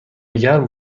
گرم